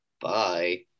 bye